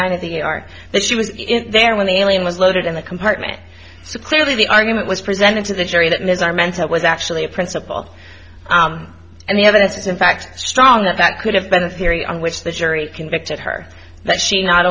nine of the car that she was there when the alien was loaded in the compartment so clearly the argument was presented to the jury that ms are mental was actually a principle and the evidence is in fact strong that that could have been a theory on which the jury convicted her that she not